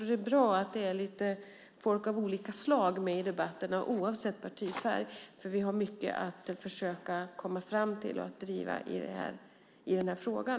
Det är bra att det är människor av lite olika slag med i debatten oavsett partifärg. Vi har mycket att försöka komma fram till och att driva i frågan.